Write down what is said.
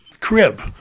crib